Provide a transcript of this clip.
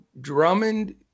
Drummond